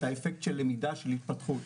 את האפקט של למידה והתפתחות.